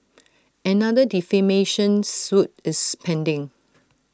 another defamation suit is pending